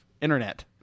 internet